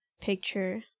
picture